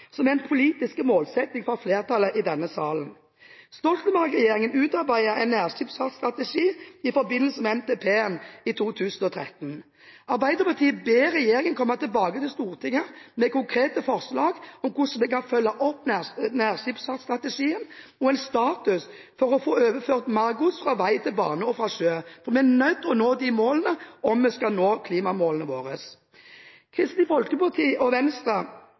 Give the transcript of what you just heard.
er en politisk målsetting for flertallet i denne salen. Stoltenberg-regjeringen utarbeidet en nærskipsfartstrategi i forbindelse med NTP-en i 2013. Arbeiderpartiet ber regjeringen komme tilbake til Stortinget med konkrete forslag om hvordan vi kan følge opp nærskipsfartsstrategien, og med en status for å få overført mer gods fra vei til bane og sjø, for vi er nødt til å nå det målet, om vi skal nå klimamålene våre. Kristelig Folkeparti og Venstre